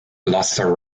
gloucester